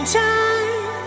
time